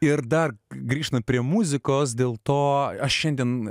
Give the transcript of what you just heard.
ir dar grįžta prie muzikos dėl to aš šiandien